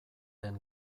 den